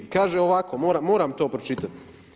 Kaže ovako, moram to pročitati.